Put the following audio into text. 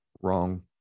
wrong